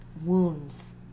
wounds